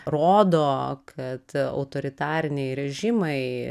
rodo kad autoritariniai režimai